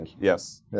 Yes